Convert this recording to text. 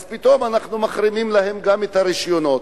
אז פתאום אנחנו מחרימים להם גם את הרשיונות.